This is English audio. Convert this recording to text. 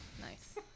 Nice